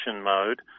mode